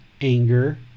anger